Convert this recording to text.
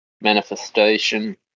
manifestation